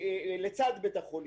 לצד נושא בית החולים.